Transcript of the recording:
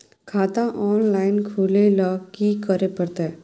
खाता ऑनलाइन खुले ल की करे परतै?